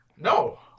No